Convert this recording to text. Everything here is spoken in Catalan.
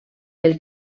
els